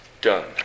done